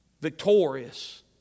Victorious